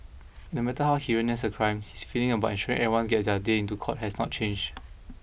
and no matter how heinous the crime his feeling about ensuring everyone gets their day into court has not changed